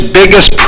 biggest